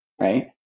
right